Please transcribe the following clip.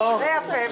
זה יפה.